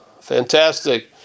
Fantastic